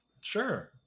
Sure